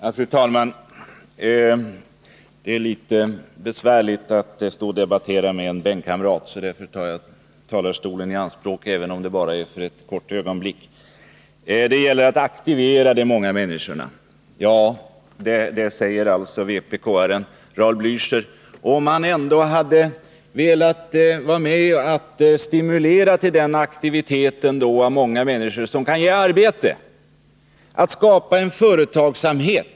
Fru talman! Det är litet besvärligt att från bänken debattera med en bänkkamrat; därför tar jag talarstolen i anspråk även om det bara är för ett kort ögonblick. Det gäller att aktivera de många människorna, säger vpk:aren Raul Blächer. Tänk om han ändå hade velat vara med och stimulera till sådan aktivering av många människor som kan ge arbete, som kan skapa företagsamhet!